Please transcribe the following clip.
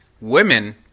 women